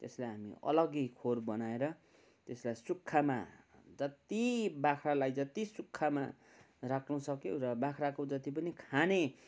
त्यसलाई हामी अलग्गै खोर बनाएर त्यसलाई सुक्खामा जति बाख्रालाई जति सुक्खामा राख्नुसक्यो र बाख्राको जति पनि खाने